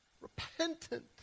repentant